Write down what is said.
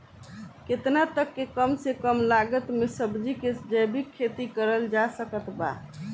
केतना तक के कम से कम लागत मे सब्जी के जैविक खेती करल जा सकत बा?